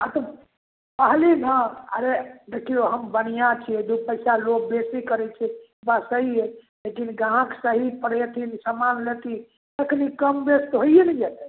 आओर तऽ कहली ने अरे देखिऔ हम बनिआँ छिए दुइ पइसा लोभ बेसी करै छिए बात सही हइ लेकिन गाहक सहीपर अएथिन समान लेथिन तखन कमबेस तऽ होइए ने जेतै